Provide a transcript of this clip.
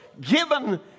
given